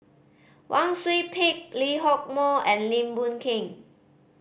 Wang Sui Pick Lee Hock Moh and Lim Boon Keng